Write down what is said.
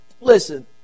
Listen